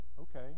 okay